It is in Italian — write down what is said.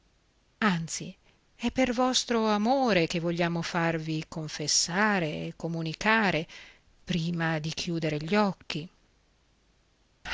anzi è per vostro amore che vogliamo farvi confessare e comunicare prima di chiudere gli occhi